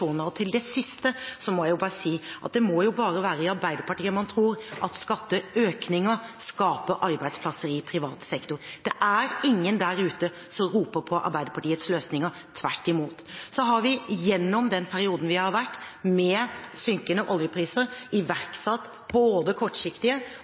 Til det siste må jeg si at det kan jo bare være i Arbeiderpartiet man tror at skatteøkninger skaper arbeidsplasser i privat sektor. Det er ingen der ute som roper på Arbeiderpartiets løsninger, tvert imot. Så har vi gjennom den perioden vi har hatt med synkende oljepriser,